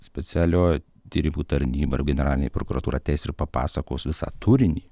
specialioji tyrimų tarnyba ir generalinė prokuratūra ateis ir papasakos visą turinį